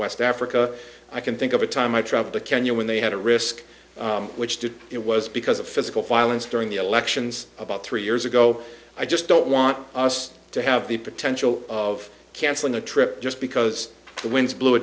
west africa i can think of a time i travel to kenya when they had a risk which did it was because of physical violence during the elections about three years ago i just don't want us to have the potential of canceling the trip just because the winds blew a